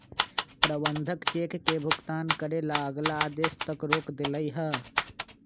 प्रबंधक चेक के भुगतान करे ला अगला आदेश तक रोक देलई ह